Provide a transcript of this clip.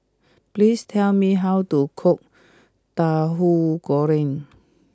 please tell me how to cook Tahu Goreng